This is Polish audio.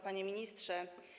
Panie Ministrze!